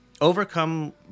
Overcome